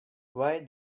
why